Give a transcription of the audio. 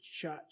church